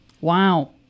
Wow